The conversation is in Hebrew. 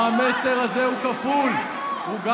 איפה הוא?